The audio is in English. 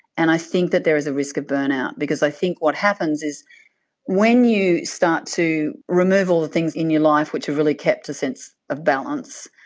and i think that there is a risk of burnout because i think what happens is when you start to remove all the things in your life which have really kept a sense of balance,